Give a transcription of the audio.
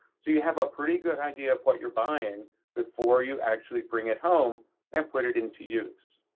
so you have a pretty good idea of what you're buying before you actually bring it home and put it into use.